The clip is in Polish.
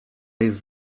jest